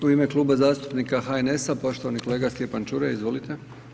U ime Kluba zastupnika HNS-a poštovani kolega Stjepan Čuraj, izvolite.